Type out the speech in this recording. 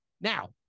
now